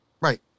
Right